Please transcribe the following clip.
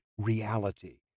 reality